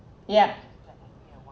yup